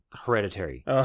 hereditary